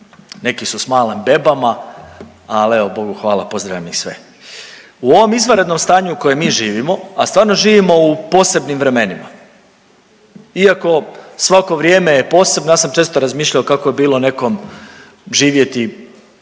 neki su s malim bebama, ali evo Bogu hvala pozdravljam ih sve. U ovom izvanrednom stanju u kojem mi živimo, a stvarno živimo u posebnim vremenima, iako svako vrijeme je posebno. Ja sam često razmišljao kako je bilo nekom živjeti,